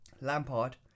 Lampard